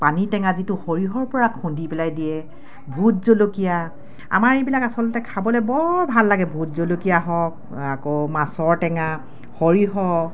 পানী টেঙা যিটো সৰিয়হৰ পৰা খুন্দি পেলাই দিয়ে ভোট জলকীয়া আমাৰ এইবিলাক আচলতে খাবলে বৰ ভাল লাগে ভোট জলকীয়া হওক আকৌ মাছৰ টেঙা সৰিয়হ